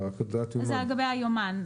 זה לגבי היומן,